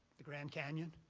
the grand canyon?